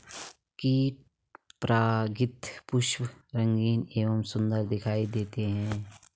कीट परागित पुष्प रंगीन एवं सुन्दर दिखाई देते हैं